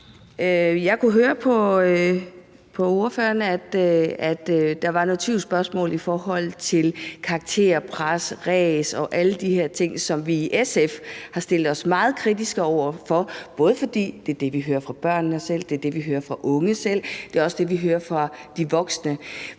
Jeg kunne høre på ordføreren, at der var et tvivlsspørgsmål i forhold til karakterpres og -ræs og alle de her ting, som vi i SF har stillet os meget kritiske over for, både fordi det er det, vi hører fra børnene selv og fra de unge selv, og det også er det, vi hører fra de voksne